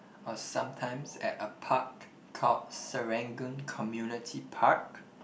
or sometimes at a park called Serangoon Community Park